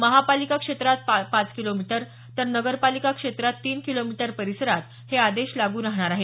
महापालिका क्षेत्रात पाच किलोमीटर तर नगरपालिका क्षेत्रात तीन किलोमीटर परिसरात हे आदेश लागू राहणार आहेत